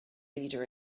leader